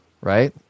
right